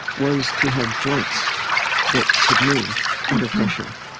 was to have joints that could move under pressure.